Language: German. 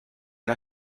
der